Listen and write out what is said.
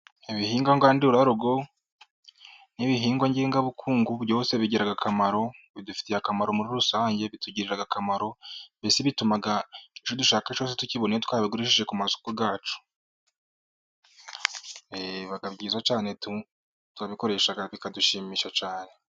Ibihingwa ngandurago n'ibihingwa ngengabukungu byose bigira akamaro, bidufitiye akamaro muri rusange bitugirira akamaro bituma tubona icyo dushaka ku masoko yacu.